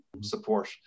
support